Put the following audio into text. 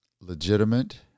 legitimate